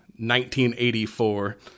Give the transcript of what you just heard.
1984